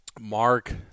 mark